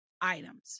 items